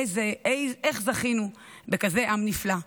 איך זכינו בעם נפלא כזה.